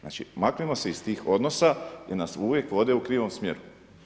Znači maknimo se iz tih odnosa jer nas uvijek vode u krivom smjeru.